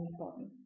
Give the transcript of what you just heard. important